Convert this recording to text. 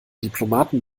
diplomaten